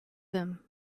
them